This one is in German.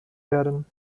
werden